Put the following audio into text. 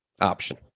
option